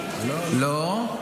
לא.